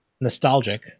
nostalgic